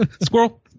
Squirrel